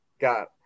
got